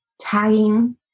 tagging